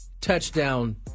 touchdown